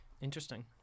Interesting